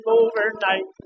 overnight